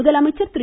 முதலமைச்சர் திரு